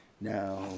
Now